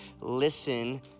listen